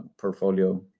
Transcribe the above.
portfolio